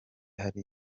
hari